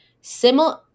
similar